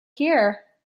here